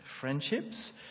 friendships